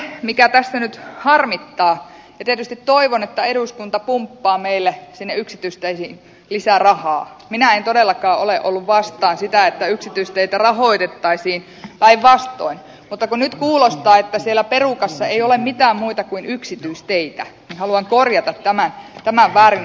mutta se mikä tässä nyt harmittaa tietysti toivon että eduskunta pumppaa meille sinne yksityisteihin lisää rahaa minä en todellakaan ole ollut vastaan sitä että yksityisteitä rahoitettaisiin päinvastoin kun nyt kuulostaa että siellä perukassa ei ole mitään muita kuin yksityisteitä niin haluan korjata tämän väärinymmärryksen